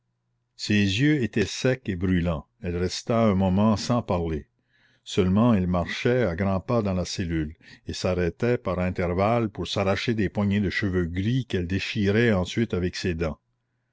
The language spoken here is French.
ses yeux étaient secs et brûlants elle resta un moment sans parler seulement elle marchait à grands pas dans la cellule et s'arrêtait par intervalles pour s'arracher des poignées de cheveux gris qu'elle déchirait ensuite avec ses dents